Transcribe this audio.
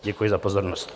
Děkuji za pozornost.